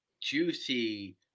juicy